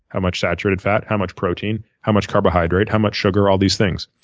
how much saturated fat, how much protein, how much carbohydrate, how much sugar, all these things.